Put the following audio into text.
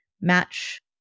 match